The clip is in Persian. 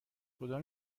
کدام